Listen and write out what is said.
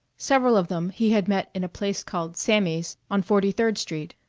several of them he had met in a place called sammy's, on forty-third street,